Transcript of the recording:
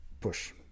push